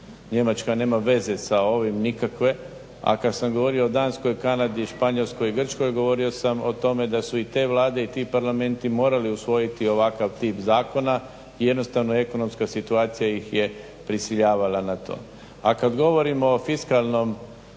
Njemačka nema veze sa ovim nikakve. A kad sam govorio o Danskoj, Kanadi, Španjolskoj i Grčkoj govorio sam o tome da su i te vlade i ti parlamenti morali usvojiti ovakav tip zakona i jednostavno ekonomska situacija ih je prisiljavala na to. A kad govorimo o fiskalnom